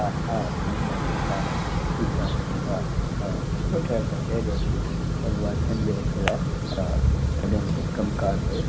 हा हा ठीकु आहे जी हा ठीकु आहे जी हा हा सुठो ठहियलु अथव चइजोसि हीउ त वाचमैन बि रखियलु आहे हा कॾहिं बि कुझु कमु कारु पए